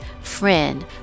friend